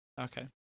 okay